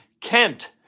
Kent